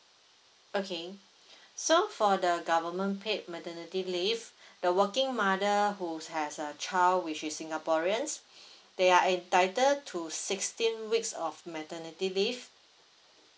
okay so for the government paid maternity leave the working mother who has a child which is singaporean they are entitled to sixteen weeks of maternity leave